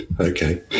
Okay